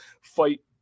fight